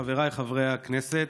חבריי חברי הכנסת,